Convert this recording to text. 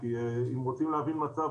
כי אם רוצים להבין מצב,